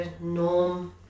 norm